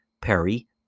Perry